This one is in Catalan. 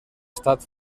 estat